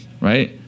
right